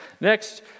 Next